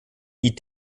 die